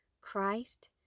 Christ